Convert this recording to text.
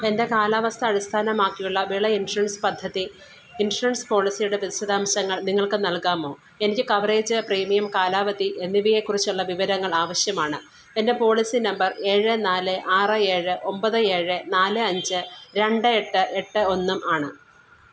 എൻ്റെ കാലാവസ്ഥ അടിസ്ഥാനമാക്കിയുള്ള വിള ഇൻഷുറൻസ് പദ്ധതി ഇൻഷുറൻസ് പോളിസിയുടെ വിശദാംശങ്ങൾ നിങ്ങൾക്ക് നൽകാമോ എനിക്ക് കവറേജ് പ്രീമിയം കാലാവധി എന്നിവയെ കുറിച്ചുള്ള വിവരങ്ങൾ ആവശ്യമാണ് എൻ്റെ പോളിസി നമ്പർ ഏഴ് നാല് ആറ് ഏഴ് ഒമ്പത് ഏഴ് നാല് അഞ്ച് രണ്ട് എട്ട് എട്ട് ഒന്നും ആണ്